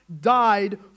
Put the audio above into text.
died